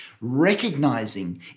Recognizing